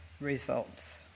results